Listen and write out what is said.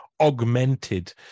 augmented